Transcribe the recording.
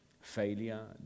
failure